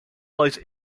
lies